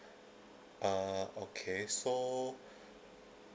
uh okay so